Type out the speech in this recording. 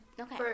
Okay